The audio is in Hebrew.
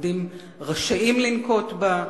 עובדים רשאים לנקוט אותה,